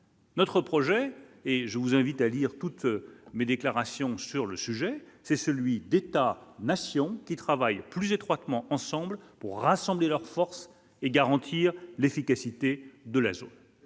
Notre projet et je vous invite à lire toutes mes déclarations sur le sujet, c'est celui d'États nation qui travaillent plus étroitement ensemble pour rassembler leurs forces et garantir l'efficacité de la zone